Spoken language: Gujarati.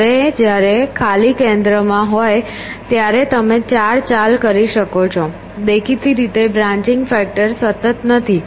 જ્યારે જ્યારે ખાલી કેન્દ્રમાં હોય ત્યારે તમે ચાર ચાલ કરી શકો છો દેખીતી રીતે બ્રાંન્ચિંગ ફેક્ટર સતત નથી